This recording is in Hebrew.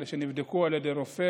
כאלה שנבדקו על ידי רופא,